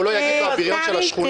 הוא לא יגיד לו "הבריון של השכונה"?